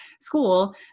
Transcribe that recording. school